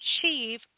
achieve